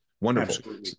Wonderful